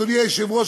אדוני היושב-ראש,